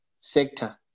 sector